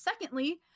secondly